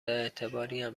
اعتباریم